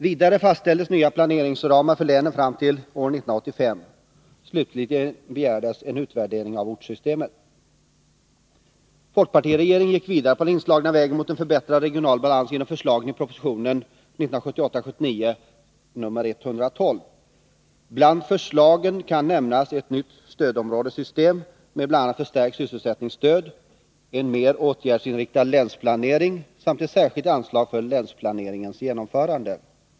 Vidare fastställdes nya planeringsramar för länen fram till år 1985. Slutligen begärdes en utvärdering av ortssystemet. Folkpartiregeringen gick vidare på den inslagna vägen mot en förbättrad regional balans genom förslagen i proposition 1978/79:112. Bland förslagen kan nämnas ett nytt stödområdessystem, med bl.a. förstärkt sysselsättningsstöd, en mer åtgärdsinriktad länsplanering samt ett särskilt anslag för länsplaneringens genomförande.